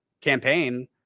campaign